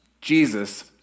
Jesus